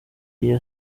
iyo